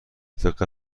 دقت